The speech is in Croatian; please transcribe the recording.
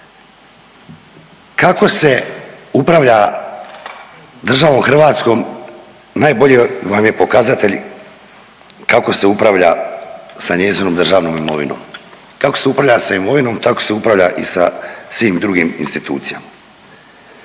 Kako se upravlja državom Hrvatskom najbolji vam je pokazatelj kako se upravlja sa njezinom državnom imovinom. Kako se upravlja sa imovinom, tako se upravlja i sa svim drugim institucijama.